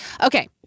Okay